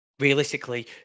Realistically